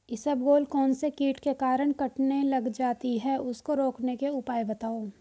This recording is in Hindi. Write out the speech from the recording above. इसबगोल कौनसे कीट के कारण कटने लग जाती है उसको रोकने के उपाय बताओ?